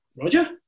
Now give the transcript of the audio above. Roger